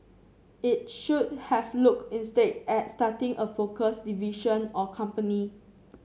it should have look instead at starting a focused division or company